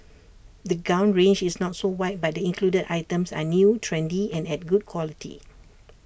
the gown range is not so wide but the included items are new trendy and at good quality